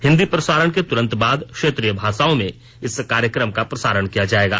हिंदी प्रसारण के तुरंत बाद क्षेत्रीय भाषाओं में इस कार्यक्रम का प्रसारण किया जाएगा